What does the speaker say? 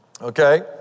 okay